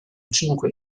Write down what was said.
cinque